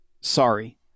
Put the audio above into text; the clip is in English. Sorry